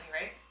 right